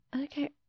Okay